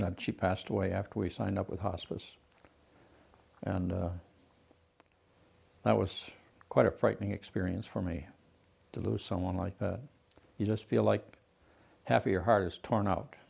that she passed away after we signed up with hospice and that was quite a frightening experience for me to lose someone like that you just feel like half your heart is torn out